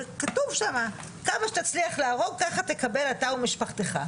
וכתוב שם, כמה שתצליח להרוג ככה תקבל אתה ומשפחתך.